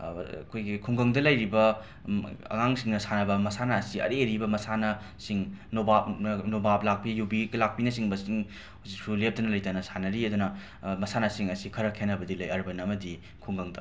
ꯑꯩꯈꯣꯏꯒꯤ ꯈꯨꯡꯒꯪꯗ ꯂꯩꯔꯤꯕ ꯑꯉꯥꯡꯁꯤꯡꯅ ꯁꯥꯟꯅꯕ ꯃꯁꯥꯟꯅ ꯑꯁꯤ ꯑꯔꯤ ꯑꯔꯤꯕ ꯃꯁꯥꯟꯅꯁꯤꯡ ꯅꯣꯕꯥꯞ ꯅꯣꯕꯥꯞ ꯂꯥꯛꯄꯤ ꯌꯨꯕꯤ ꯒꯂꯥꯛꯄꯤꯅꯆꯤꯡꯕꯁꯤꯡ ꯍꯧꯖꯤꯛꯁꯨ ꯂꯦꯞꯇꯅ ꯂꯩꯇꯅ ꯁꯥꯟꯅꯔꯤ ꯑꯗꯨꯅ ꯃꯁꯥꯟꯅꯁꯤꯡ ꯑꯁꯤ ꯈꯔ ꯈꯦꯠꯅꯕꯗꯤ ꯂꯩ ꯑꯔꯕꯟ ꯑꯃꯗꯤ ꯈꯨꯡꯒꯪꯗ